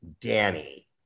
Danny